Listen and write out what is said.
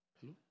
Hello